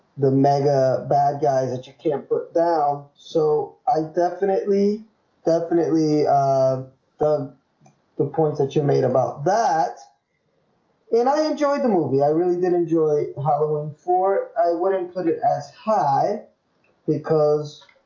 the mega bad guy that you can't break down so i definitely definitely um the the points that you made about that and i enjoyed the movie. i really did. enjoy ah and for i wouldn't put it as high because